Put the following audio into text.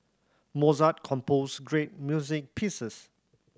Mozart composed great music pieces